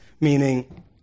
meaning